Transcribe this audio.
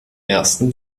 ersten